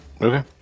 Okay